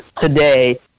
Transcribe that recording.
today